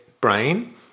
brain